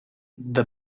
the